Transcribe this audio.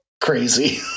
crazy